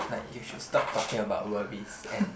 like you should stop talking about worries and